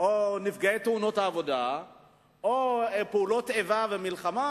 או של נפגעי תאונות עבודה או פעולות איבה ומלחמה,